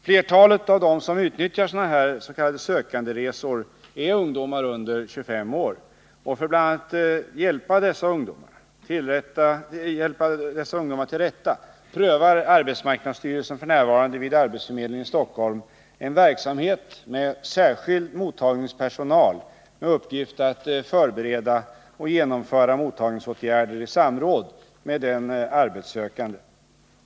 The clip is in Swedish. Flertalet av dem som utnyttjar sådana s.k. sökanderesor är ungdomar under 25 år, och för att bl.a. hjälpa dessa ungdomar till rätta prövar arbetsmarknadsstyrelsen f.n. vid arbetsförmedlingen i Stockholm en verksamhet med särskild mottagningspersonal med uppgift att förbereda och genomföra mottagningsåtgärder i samråd med den arbetssökande.